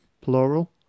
plural